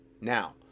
Now